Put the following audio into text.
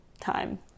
time